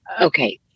Okay